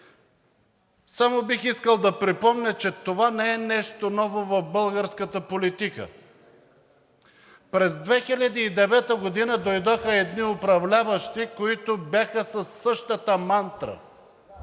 Само бих искал да припомня, че това не е нещо ново в българската политика. През 2009 г. дойдоха едни управляващи, които бяха със същата мантра